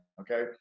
okay